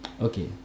Okay